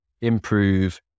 improve